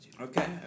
Okay